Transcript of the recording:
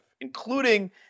including